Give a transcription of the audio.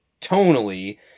tonally